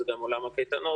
זה גם עולם הקייטנות.